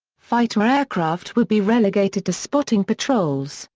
fighter aircraft would be relegated to spotting patrols,